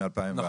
מ-2004.